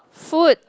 food